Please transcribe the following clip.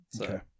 Okay